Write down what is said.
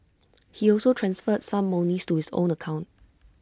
he also transferred some monies to his own account